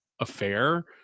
affair